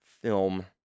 film